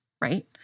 right